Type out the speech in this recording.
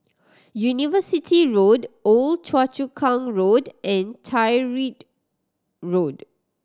University Road Old Choa Chu Kang Road and Tyrwhitt Road